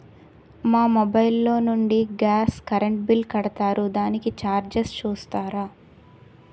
మా మొబైల్ లో నుండి గాస్, కరెన్ బిల్ కడతారు దానికి చార్జెస్ చూస్తారా?